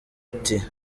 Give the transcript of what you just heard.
ati